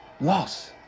loss